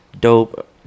Dope